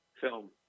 film